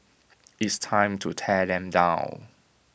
it's time to tear them down